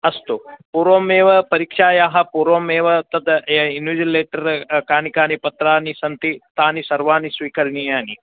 अस्तु पूर्वमेव परीक्षायाः पूर्वमेव तद् इन्विजिलेटर् कानि कानि पत्राणि सन्ति तानि सर्वाणि स्वीकरणीयानि